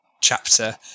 chapter